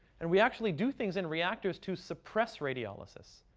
and we actually do things in reactors to suppress radiolysis.